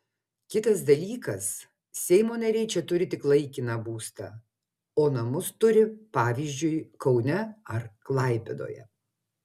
kitas dalykas seimo nariai čia turi tik laikiną būstą o namus turi pavyzdžiui kaune ar klaipėdoje